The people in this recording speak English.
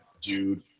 dude